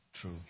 true